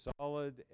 solid